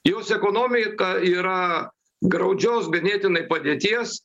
jos ekonomika yra graudžios ganėtinai padėties